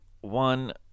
one